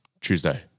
Tuesday